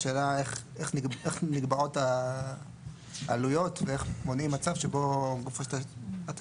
השאלה היא איך נקבעות העלויות ואיך מונעים מצב שבו גוף התשתית